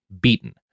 beaten